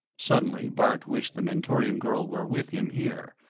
suddenly, bart wished the mentorian girl were with him here.